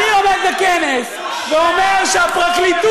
אני עומד בכנס ואומר שהפרקליטות,